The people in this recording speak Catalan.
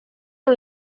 amb